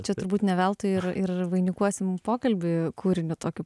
čia turbūt ne veltui ir ir vainikuosim pokalbį kūriniu tokiu